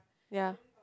ya